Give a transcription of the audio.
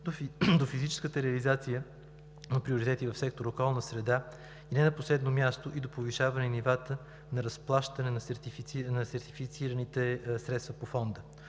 до физическата реализация на приоритети в сектор „Околна среда“, и не на последно място, и до повишаване нивата на разплащане на сертифицираните средства по Фонда.